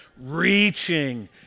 reaching